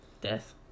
Death